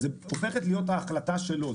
זאת הופכת להיות ההחלטה שלו.